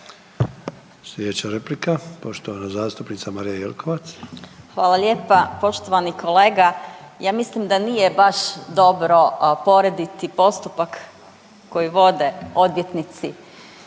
Sljedeća replika poštovana zastupnica Marija Jelkovac. **Jelkovac, Marija (HDZ)** Hvala lijepa. Poštovani kolega ja mislim da nije baš dobro porediti postupak koji vode odvjetnici